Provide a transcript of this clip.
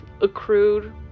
accrued